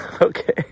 Okay